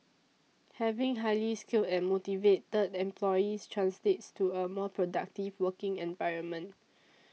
having highly skilled and motivated employees translates to a more productive working environment